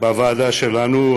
בוועדה שלנו,